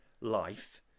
life